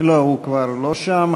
הוא כבר לא שם,